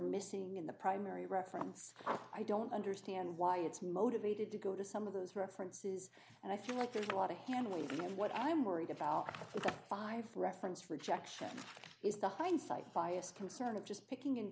missing in the primary reference i don't understand why it's motivated to go to some of those references and i feel like there's a lot of handwaving what i'm worried about five reference rejection is the hindsight bias concerning just picking and